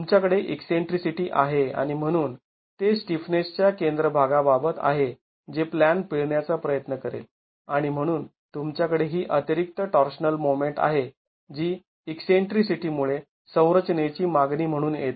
तुमच्याकडे ईकसेंट्रीसिटी आहे आणि म्हणून ते स्टिफनेसच्या केंद्राभागा बाबत आहे जे प्लॅन पिळण्याचा प्रयत्न करेल आणि म्हणून तुमच्याकडे ही अतिरिक्त टॉर्शनल मोमेंट आहे जी ईकसेंट्रीसिटी मुळे संरचनेची मागणी म्हणून येते